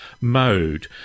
mode